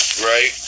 right